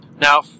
Now